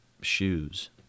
shoes